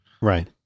Right